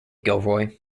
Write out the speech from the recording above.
gilroy